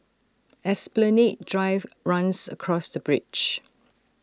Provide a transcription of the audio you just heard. Esplanade Drive runs across the bridge